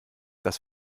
das